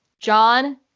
John